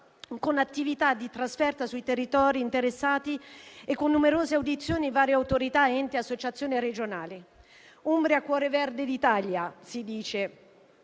con attività di trasferta sui territori interessati e con numerose audizioni di varie autorità, enti ed associazioni regionali. Umbria cuore verde d'Italia, si dice,